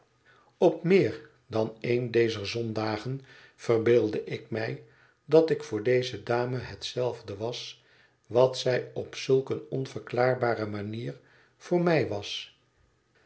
op meer dan een dezer zondagen verbeeldde ik mij dat ik voor deze dame hetzelfde was wat zij op zulk eene onverklaarbare manier voor mij was